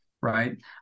right